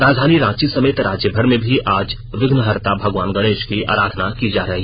राजधानी राँची समेत राज्यभर में भी आज विघ्नहर्ता भगवान गणेश की आराधना की जा रही